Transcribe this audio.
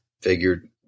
figured